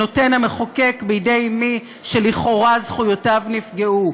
שנותן המחוקק בידי מי שלכאורה זכויותיו נפגעו?